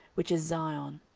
which is zion.